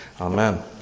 Amen